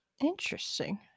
interesting